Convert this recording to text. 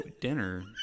dinner